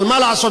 אבל מה לעשות,